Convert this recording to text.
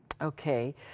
Okay